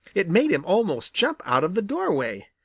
it made him almost jump out of the doorway.